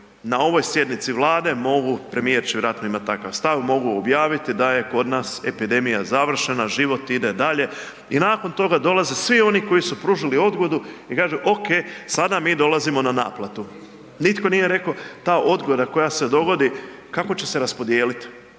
na ovoj sjednici Vlade, premijer će vjerojatno imati takav stav, mogu objaviti da je kod nas epidemija završena, život ide dalje i nakon toga dolaze svi oni koji pružili odgodu i kažu ok, sada mi dolazimo na naplatu. Nitko nije rekao ta odgoda koja se dogodi kako će se raspodijeliti